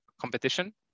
competition